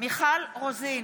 מיכל רוזין,